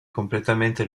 completamente